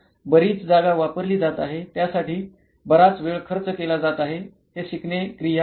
बरीच जागा वापरली जात आहे त्यासाठी बराच वेळ खर्च केला जात आहे हे शिकणे क्रिया आहे